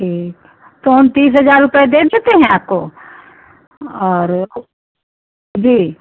ठीक तो हम तीस हज़ार रुपये दे देते हैं आपको और जी